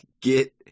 get